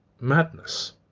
madness